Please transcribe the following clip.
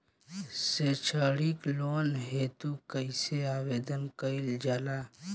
सैक्षणिक लोन हेतु कइसे आवेदन कइल जाला?